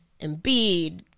Embiid